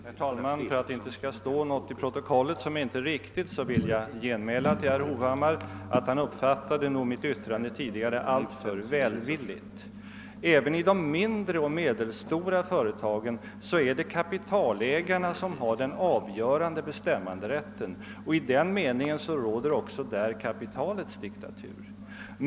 Herr talman! För att det inte skall stå någonting i protokollet som inte är riktigt vill jag genmäla till herr Hovhammar att han nog uppfattade mitt tidigare yttrande såsom alltför välvilligt. Även i de mindre och medelstora företagen är det kapitalägarna som har den avgörande bestämmanderätten, och i den meningen råder även där kapitalets diktatur.